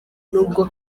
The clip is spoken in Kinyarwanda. n’ubwo